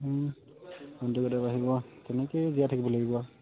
আহিব তেনেকৈয়ে জীয়াই থাকিব লাগিব আৰু